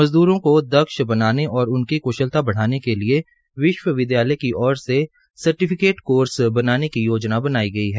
मजद्रों के दक्ष बनाने और उनकी क्शलता बढ़ाने के लिये विश्वविद्यालय की ओर से सर्टीफीकेट कोर्स बनाने की योजना बनाई गई है